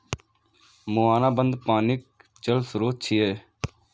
मुहाना बंद पानिक जल स्रोत छियै